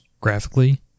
graphically